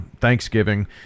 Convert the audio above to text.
Thanksgiving